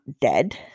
dead